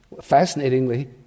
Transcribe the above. Fascinatingly